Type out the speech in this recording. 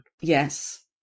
yes